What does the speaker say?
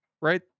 right